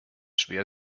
schwer